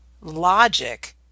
logic